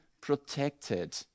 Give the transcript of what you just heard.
protected